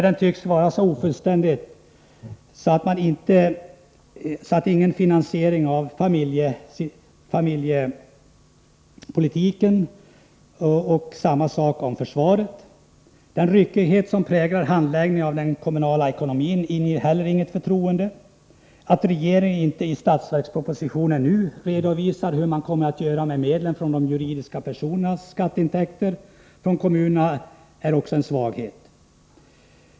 Den tycks vara så ofullständig att det inte finns någon finansiering av familjepolitiken och försvarspolitiken. Den ryckighet som präglar handläggningen av den kommunala ekonomin inger inte heller något förtroende. Att regeringen i statsverkspropositionen inte redovisar vad den kommer att göra med skatteintäkterna från juridiska personer i kommunerna är också en svaghet.